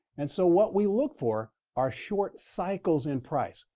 and so what we look for are short cycles in price,